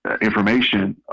information